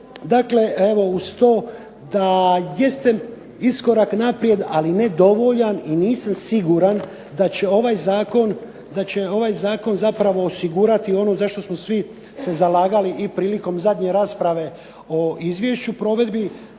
Dakle, uz to da jeste iskorak naprijed ali ne dovoljan i nisam siguran da će ovaj Zakon osigurati ono za što smo svi se zalagali prilikom zadnje rasprave o izvješću provedbi